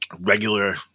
regular